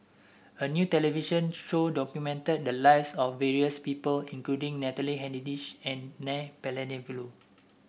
a new television show documented the lives of various people including Natalie Hennedige and N Palanivelu